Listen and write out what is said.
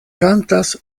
kantas